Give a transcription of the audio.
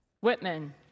Whitman